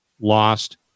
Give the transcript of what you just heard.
lost